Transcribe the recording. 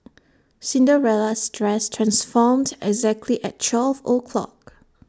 Cinderella's dress transformed exactly at twelve o'clock